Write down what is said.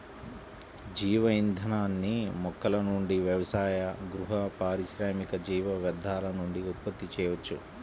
జీవ ఇంధనాన్ని మొక్కల నుండి వ్యవసాయ, గృహ, పారిశ్రామిక జీవ వ్యర్థాల నుండి ఉత్పత్తి చేయవచ్చు